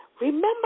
Remember